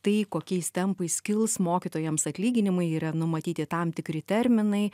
tai kokiais tempais kils mokytojams atlyginimai yra numatyti tam tikri terminai